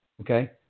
Okay